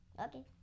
Okay